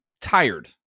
tired